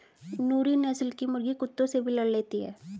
नूरी नस्ल की मुर्गी कुत्तों से भी लड़ लेती है